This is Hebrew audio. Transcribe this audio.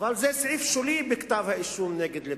אבל זה סעיף שולי בכתב האישום נגד ליברמן.